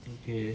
okay